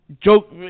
Joke